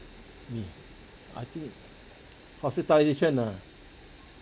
me I think hospitalisation ah